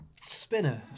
Spinner